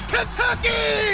Kentucky